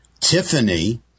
Tiffany